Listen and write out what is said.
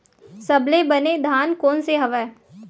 सबले बने धान कोन से हवय?